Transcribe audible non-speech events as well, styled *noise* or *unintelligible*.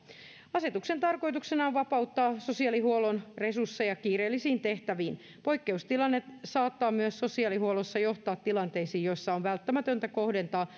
asetuksen tarkoituksena on vapauttaa sosiaalihuollon resursseja kiireellisiin tehtäviin poikkeustilanne saattaa myös sosiaalihuollossa johtaa tilanteisiin joissa on välttämätöntä kohdentaa *unintelligible*